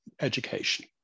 education